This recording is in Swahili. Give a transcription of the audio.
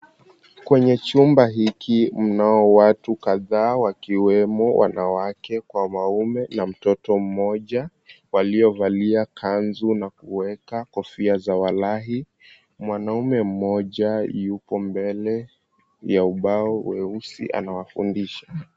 Kwenye chumba hiki mnao watu kadhaa wakiwemo wanawake kwa waume na mtoto mmoja waliovalia kanzu nakuweka kofia za wallahi. Mwanaume mmoja yuko mbele ya ubao weusi anawafundisha.